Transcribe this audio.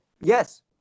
Yes